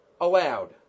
allowed